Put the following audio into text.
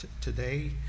today